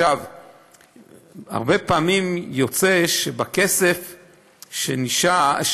הרבה פעמים יוצא שבכסף שנשאר,